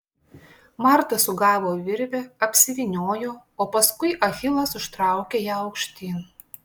marta sugavo virvę apsivyniojo o paskui achilas užtraukė ją aukštyn